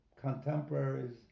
contemporaries